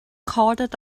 coated